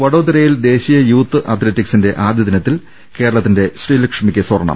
വഡോദരയിൽ ദേശീയ യൂത്ത് അത്ലിറ്റിക്സിന്റെ ആദ്യ ദിനത്തിൽ കേരളത്തിന്റെ ശ്രീലക്ഷ്മിക്ക് സ്വർണ്ണം